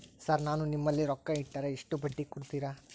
Sir ನಾನು ನಿಮ್ಮಲ್ಲಿ ರೊಕ್ಕ ಇಟ್ಟರ ಎಷ್ಟು ಬಡ್ಡಿ ಕೊಡುತೇರಾ?